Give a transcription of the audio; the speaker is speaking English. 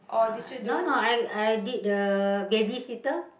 uh no no I I did the babysitter